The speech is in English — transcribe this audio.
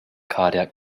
cardiac